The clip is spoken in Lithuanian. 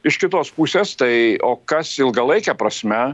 iš kitos pusės tai o kas ilgalaike prasme